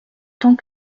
tant